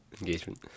Engagement